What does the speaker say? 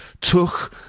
Took